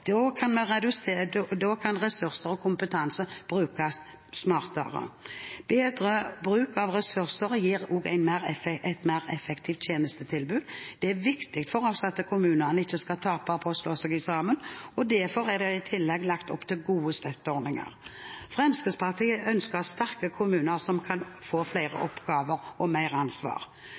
Da kan ressurser og kompetanse brukes smartere. Bedre bruk av ressurser gir også et mer effektivt tjenestetilbud. Det er viktig for oss at kommunene ikke skal tape på å slå seg sammen, derfor er det i tillegg lagt opp til gode støtteordninger. Fremskrittspartiet ønsker sterke kommuner som kan få flere oppgaver og mer ansvar.